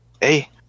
hey